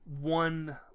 one